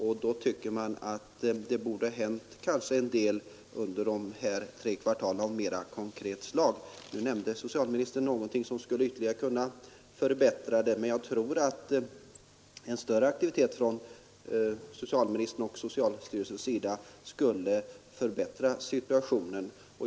Jag tycker att det borde ha hänt en del av mer konkret slag under de tre kvartal som gått. Nu nämnde socialministern något som skulle kunna göra läget bättre, men jag tror att en större aktivitet från socialministerns och socialstyrelsens sida skulle förbättra situationen ytterligare.